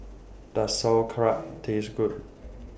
Does Sauerkraut Taste Good